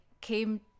came